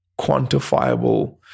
quantifiable